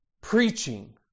preaching